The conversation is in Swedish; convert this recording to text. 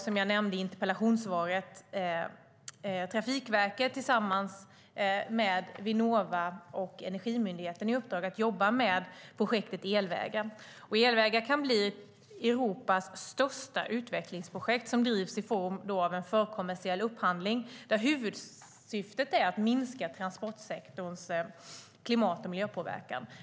Som jag nämnde i interpellationssvaret har Trafikverket tillsammans med Vinnova och Energimyndigheten fått i uppdrag att jobba med projektet elvägar. Elvägar kan bli Europas största utvecklingsprojekt som drivs i form av en förkommersiell upphandling där huvudsyftet är att minska transportsektorns klimat och miljöpåverkan.